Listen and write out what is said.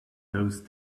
those